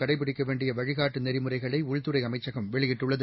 கடைபிடிக்க வேண்டிய வழிகாட்டு நெறிமுறைகளை உள்துறை அமைச்சகம் வெளியிட்டுள்ளது